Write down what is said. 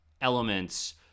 elements